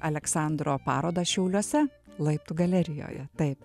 aleksandro parodą šiauliuose laiptų galerijoje taip